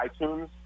iTunes